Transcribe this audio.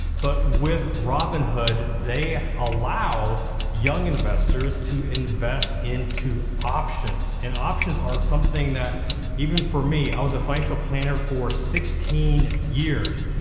but with robinhood, they allow young investors to invest into options and options are something that even for me, i was a financial planner for sixteen years,